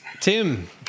tim